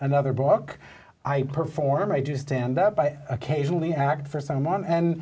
another book i perform i do stand up i occasionally act for someone and